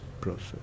process